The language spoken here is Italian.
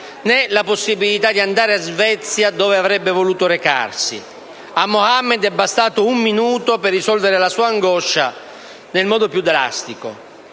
né la possibilità di andare in Svezia, dove avrebbe voluto recarsi. A Mohamed è bastato un minuto per risolvere la sua angoscia nel modo più drastico.